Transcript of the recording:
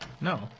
No